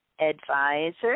advisor